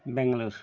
Bangalore